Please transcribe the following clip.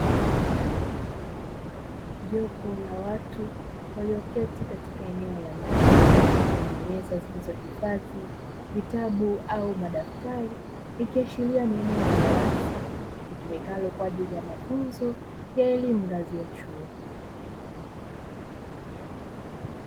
Jopo la watu walioketi katika eneo la ndani, lenye meza zikizohifadhi vitabu au madaftari ikiashiria ni eneo la darasa litumikalo kwaajili ya mafunzo ya elimu ngazi ya chuo.